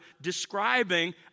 describing